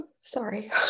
Sorry